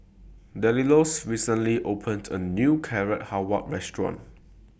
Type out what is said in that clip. Delois recently opened A New Carrot Halwa Restaurant